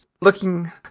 looking